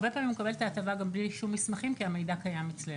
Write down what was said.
הרבה פעמים הוא מקבל את ההטבה גם בלי שום מסמכים כי המידע קיים אצלנו.